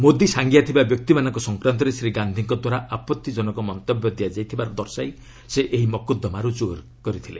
ମୋଦୀ ସାଙ୍ଗିଆ ଥିବା ବ୍ୟକ୍ତିମାନଙ୍କ ସଂକ୍ରାନ୍ତରେ ଶ୍ରୀ ଗାନ୍ଧିଙ୍କ ଦ୍ୱାରା ଆପଭିଜନକ ମନ୍ତବ୍ୟ ଦିଆଯାଇଥିବାର ଦର୍ଶାଇ ସେ ଏହି ମକଦ୍ଦମା ରୁକୁ କରିଥିଲେ